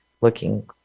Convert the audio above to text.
looking